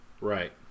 Right